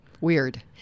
Weird